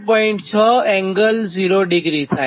6 ∠0° થાય